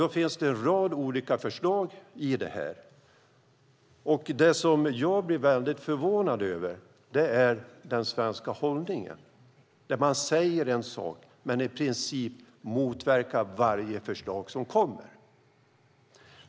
Då finns det en rad olika förslag i det här, och det som jag blir väldigt förvånad över är den svenska hållningen. Man säger en sak men motverkar i princip varje förslag som kommer.